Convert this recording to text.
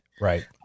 Right